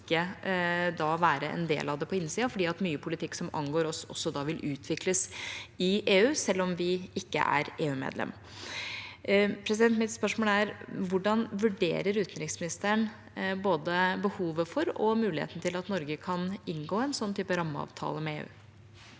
det er ikke å være en del av det på innsiden, fordi mye politikk som angår oss også, vil utvikles i EU, selv om vi ikke er EU-medlem. Mitt spørsmål er: Hvordan vurderer utenriksministeren både behovet og muligheten for at Norge kan inngå en sånn rammeavtale med EU?